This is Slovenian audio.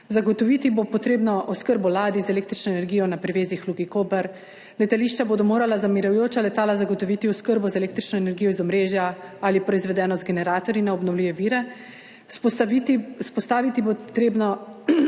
zagotoviti bo treba oskrbo ladij z električno energijo na privezih v Luki Koper; letališča bodo morala za mirujoča letala zagotoviti oskrbo z električno energijo iz omrežja ali proizvedeno z generatorji na obnovljive vire; vzpostaviti bo treba